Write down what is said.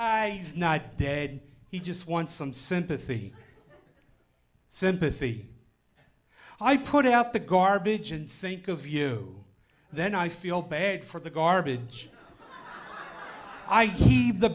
is not dead he just wants some sympathy sympathy i put out the garbage and think of you then i feel bad for the garbage i get the